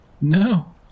No